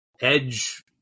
edge